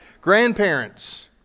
Grandparents